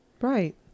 Right